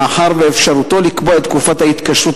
מאחר שאפשרותו לקבוע את תקופת ההתקשרות